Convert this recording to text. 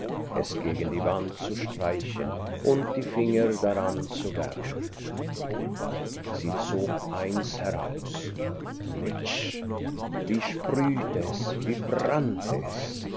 es gegen die wand zu streichen und die finger daran zu wärmen sie zog eins heraus ritsch wie sprühte es wie brannte es